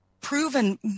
proven